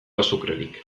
azukrerik